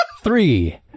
Three